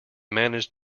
managed